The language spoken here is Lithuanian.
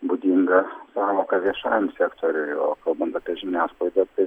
būdinga sąvoka viešajam sektoriui o kalbant apie žiniasklaidą